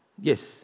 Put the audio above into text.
Yes